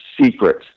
secret